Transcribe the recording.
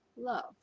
love